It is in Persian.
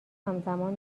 همزمان